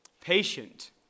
Patient